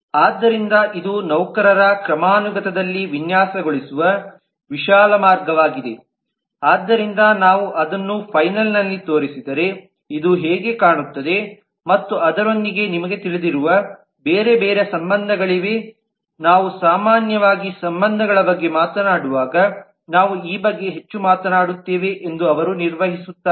ಆದ್ದರಿಂದ ಇದು ನೌಕರರ ಕ್ರಮಾನುಗತದಲ್ಲಿ ವಿನ್ಯಾಸಗೊಳಿಸುವ ವಿಶಾಲ ಮಾರ್ಗವಾಗಿದೆ ಆದ್ದರಿಂದ ನಾವು ಅದನ್ನು ಫೈನಲ್ನಲ್ಲಿ ತೋರಿಸಿದರೆ ಇದು ಹೇಗೆ ಕಾಣುತ್ತದೆ ಮತ್ತು ಅದರೊಂದಿಗೆ ನಿಮಗೆ ತಿಳಿದಿರುವ ಬೇರೆ ಬೇರೆ ಸಂಬಂಧಗಳಿವೆ ನಾವು ಸಾಮಾನ್ಯವಾಗಿ ಸಂಬಂಧಗಳ ಬಗ್ಗೆ ಮಾತನಾಡುವಾಗ ನಾವು ಈ ಬಗ್ಗೆ ಹೆಚ್ಚು ಮಾತನಾಡುತ್ತೇವೆ ಎಂದು ಅವರು ನಿರ್ವಹಿಸುತ್ತಾರೆ